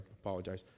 apologize